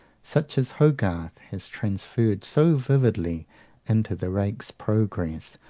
such as hogarth has transferred so vividly into the rake's progress,